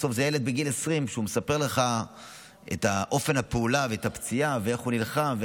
בסוף זה ילד בגיל 20 שמספר לך על אופן הפעולה ועל הפציעה ואיך הוא נלחם.